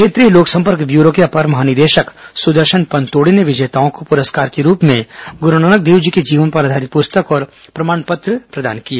क्षेत्रीय लोक संपर्क व्यूरो के अपर महानिदेशक सुदर्शन पनतोड़े ने विजेताओं को पुरस्कार के रुप भें गुरुनानक देवजी के जीवन पर आधारित पुस्तक और प्रमाण पत्र प्रदान किए